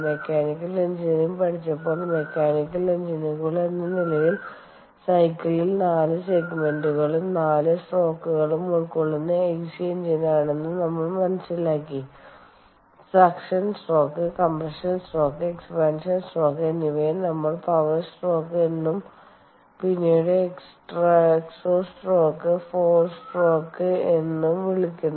mechanical engineering പഠിച്ചപ്പോൾ mechanical എഞ്ചിനുകൾ എന്ന നിലയിൽ സൈക്കിളിൽ നാല് സെഗ്മെന്റുകളും നാല് സ്ട്രോക്കുകളും ഉൾക്കൊള്ളുന്ന ഐസി എഞ്ചിനാണെന്ന് നമ്മൾ മനസ്സിലാക്കി suction stroke compression stroke expansion stroke എന്നിവയെ നമ്മൾ പവർ സ്ട്രോക്ക് എന്നും പിന്നീട് എക്സോസ്റ്റ് സ്ട്രോക്ക് ഫോർ സ്ട്രോക്ക് എന്നും വിളിക്കുന്നു